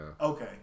Okay